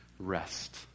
Rest